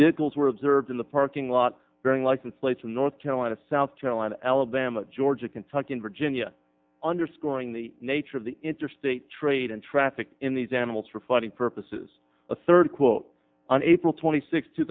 girls were observed in the parking lot during license plates in north carolina south carolina alabama georgia kentucky and virginia underscoring the nature of the interstate trade and traffic in these animals for fighting purposes a third quote on april twenty sixth two